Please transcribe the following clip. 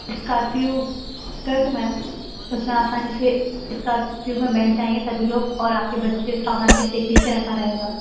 Scorpio कर दूँ ma'am उसमें आसानी से इस्कार्पियो में बैठ जाएंगे सभी लोग और आपके बच्चे सामान भी सेफ्टी से रखा रहेगा